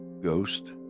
Ghost